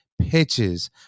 Pitches